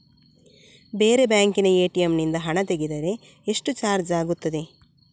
ಬೇರೆ ಬ್ಯಾಂಕಿನ ಎ.ಟಿ.ಎಂ ನಿಂದ ಹಣ ತೆಗೆದರೆ ಎಷ್ಟು ಚಾರ್ಜ್ ಆಗುತ್ತದೆ?